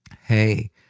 Hey